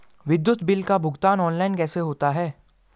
विद्युत बिल का भुगतान ऑनलाइन कैसे होता है?